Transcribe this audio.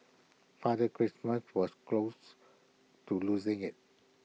Father Christmas was close to losing IT